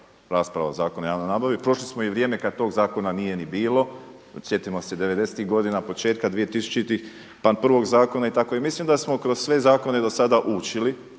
rasprava o Zakonu o javnoj nabavi, prošli smo i vrijeme kada tog zakona nije ni bilo, sjetimo se devedesetih godina početka dvije tisućitih pa prvog zakona i mislim da smo kroz sve zakone do sada učili